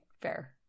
fair